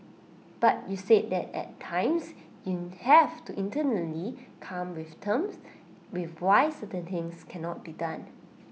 but you said that at times you have to internally come with terms with why certain things cannot be done